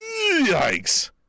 yikes